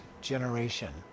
generation